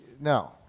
No